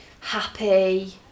happy